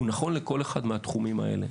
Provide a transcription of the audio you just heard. והוא נכון לכל אחד מהתחומים האלה.